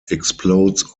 explodes